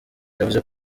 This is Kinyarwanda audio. yavuze